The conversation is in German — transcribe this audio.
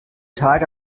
tage